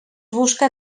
busca